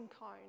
cone